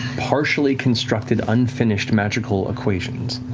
partially constructed, unfinished magical equations,